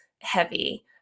Heavy